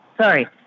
Sorry